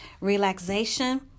relaxation